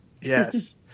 Yes